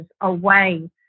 away